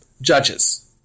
Judges